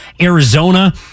Arizona